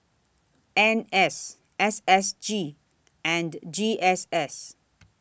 N S S S G and G S S